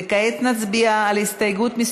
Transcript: וכעת נצביע על הסתייגות מס'